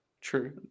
True